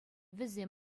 вӗсен